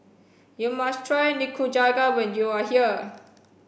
you must try Nikujaga when you are here